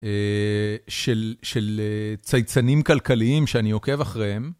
של צייצנים כלכליים שאני עוקב אחריהם.